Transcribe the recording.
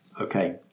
Okay